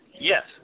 Yes